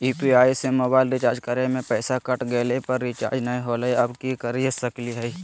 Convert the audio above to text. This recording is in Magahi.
यू.पी.आई से मोबाईल रिचार्ज करे में पैसा कट गेलई, पर रिचार्ज नई होलई, अब की कर सकली हई?